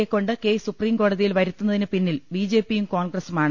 യെ കൊണ്ട് case supreme കോടതിയിൽ വരുത്തുന്നതിന് പിന്നിൽ ബിജെപിയും കോൺഗ്രസുമാണ്